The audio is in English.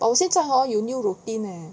but 我现在 hor 有 new routine leh